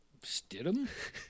Stidham